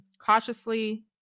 Cautiously